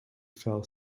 fell